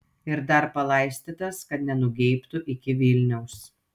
ir dar palaistytas kad nenugeibtų iki vilniaus